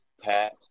Pat